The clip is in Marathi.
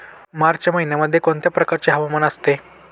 मार्च महिन्यामध्ये कोणत्या प्रकारचे हवामान असते?